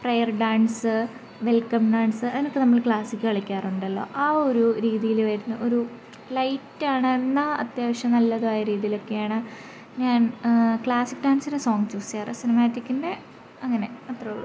prayer dance welcome dance അതിനൊക്കെ നമ്മൾ classic കളിക്കാറുണ്ടല്ലോ ആ ഒരു രീതിയിൽ വരുന്ന ഒരു ലൈറ്റാണെന്നാണ് അത്യാവശ്യം നല്ലതായ രീതിയിലൊക്കെയാണ് ഞാൻ ക്ലാസ്സിക്കൽ ഡാൻസിനു സോങ്ങ് ചൂസ് ചെയ്യാറ് സിനിമാറ്റിക്കിൻ്റെ അങ്ങനെ അത്രയുള്ളു